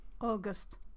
August